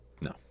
No